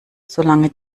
solange